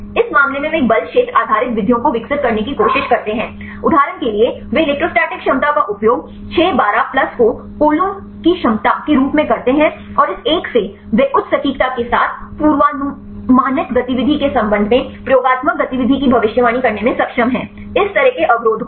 इस मामले में वे एक बल क्षेत्र आधारित विधियों को विकसित करने की कोशिश करते हैं उदाहरण के लिए वे इलेक्ट्रोस्टैटिक क्षमता का उपयोग 6 12 प्लस को कोलोम्ब की क्षमता के रूप में करते हैं और इस एक से वे उच्च सटीकता के साथ पूर्वानुमानित गतिविधि के संबंध में प्रयोगात्मक गतिविधि की भविष्यवाणी करने में सक्षम हैं इस तरह के अवरोधकों में